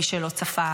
מי שלא צפה